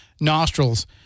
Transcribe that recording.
nostrils